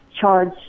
charge